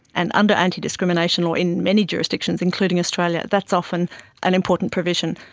and under antidiscrimination law in many jurisdictions, including australia, that's often an important provision,